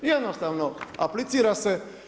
Jednostavno aplicira se.